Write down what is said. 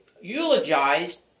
eulogized